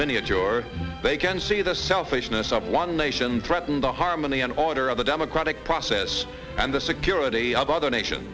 miniature they can see the selfishness of one nation threaten the harmony and order of the democratic process and the security of other nation